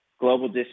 Global